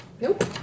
Nope